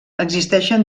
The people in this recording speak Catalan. existeixen